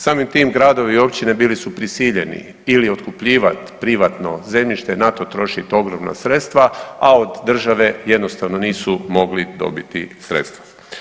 Samim tim gradovi i općine bili su prisiljeni ili otkupljivati privatno zemljište i na to trošit ogromna sredstva, a od države jednostavno nisu mogli dobiti sredstva.